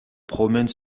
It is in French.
promène